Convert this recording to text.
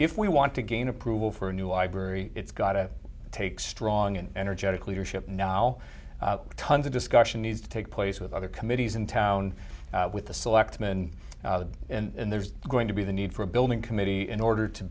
if we want to gain approval for a new library it's got to take strong and energetic leadership now tons of discussion needs to take place with other committees in town with the selectmen and there's going to be the need for a building committee in order to